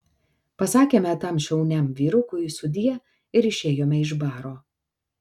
pasakėme tam šauniam vyrukui sudie ir išėjome iš baro